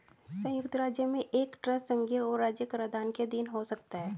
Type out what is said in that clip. संयुक्त राज्य में एक ट्रस्ट संघीय और राज्य कराधान के अधीन हो सकता है